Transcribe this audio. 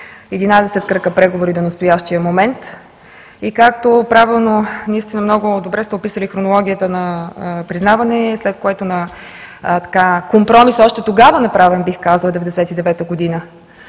кръга преговори до настоящия момент. Както правилно, наистина много добре сте описали хронологията на признаване, след което на компромис, още тогава направен – 1999 г.,